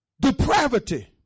Depravity